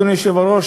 אדוני היושב-ראש,